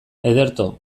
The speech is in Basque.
ederto